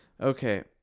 Okay